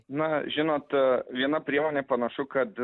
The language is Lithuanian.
na žinot viena priemonė panašu kad